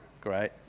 Great